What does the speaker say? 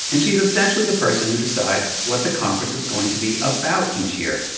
and she's essentially the person who decides what the conference is going to be about each year.